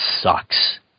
sucks